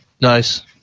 Nice